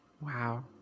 Wow